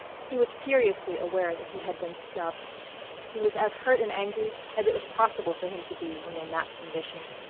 he was furiously aware that he had been snubbed he was as hurt and angry as it was possible for him to be when in that condition.